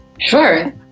Sure